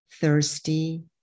thirsty